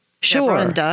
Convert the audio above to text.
Sure